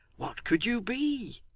what could you be?